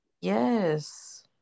Yes